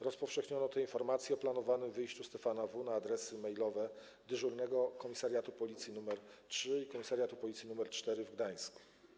Rozpowszechniono tę informację o planowanym wyjściu Stefana W., wysłano ją na adresy mailowe dyżurnego Komisariatu Policji nr III i Komisariatu Policji nr IV w Gdańsku.